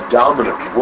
dominant